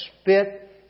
spit